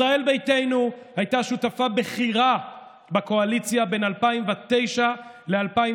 ישראל ביתנו הייתה שותפה בכירה בקואליציה בין 2009 ל-2013,